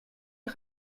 les